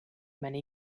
many